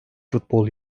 futbol